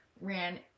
ran